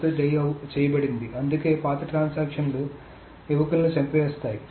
కొత్తది డై చేయబడింది అందుకే పాత ట్రాన్సాక్షన్ లు యువకులను చంపేస్తాయి